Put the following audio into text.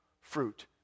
fruit